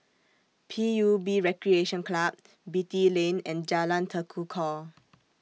P U B Recreation Club Beatty Lane and Jalan Tekukor